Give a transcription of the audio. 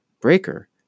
Breaker